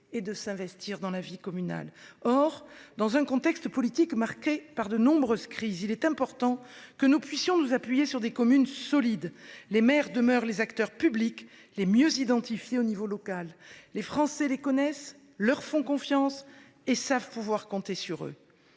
et de s'investir dans la vie communale. Or, dans un contexte politique marqué par de nombreuses crises, il est important que nous puissions nous appuyer sur des communes solides. Les maires demeurent les acteurs publics les mieux identifiés au niveau local. Les Français les connaissent, leur font confiance et savent pouvoir compter sur eux.